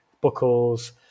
buckles